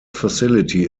facility